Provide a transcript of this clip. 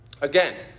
Again